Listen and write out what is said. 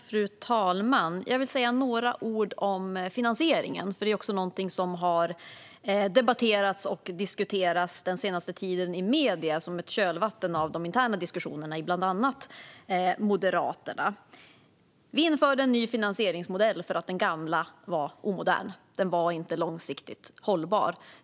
Fru talman! Jag vill säga några ord om finansieringen. Detta har debatterats och diskuterats i medierna den senaste tiden i kölvattnet av de interna diskussionerna i bland annat Moderaterna. Vi införde en ny finansieringsmodell för att den gamla var omodern. Den var inte långsiktigt hållbar.